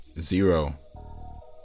Zero